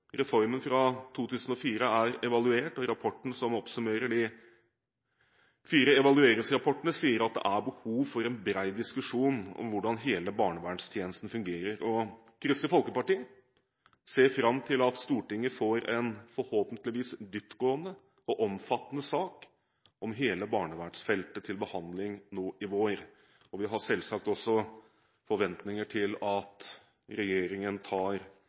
Reformen fra 2004 er evaluert, og rapporten som oppsummerer de fire evalueringsrapportene, sier at det er behov for en bred diskusjon om hvordan hele barnevernstjenesten fungerer. Kristelig Folkeparti ser fram til at Stortinget får en – forhåpentligvis – dyptgående og omfattende sak om hele barnevernsfeltet til behandling nå i vår. Vi har selvsagt også forventninger til at regjeringen tar